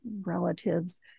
relatives